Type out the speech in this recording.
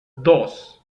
dos